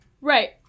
Right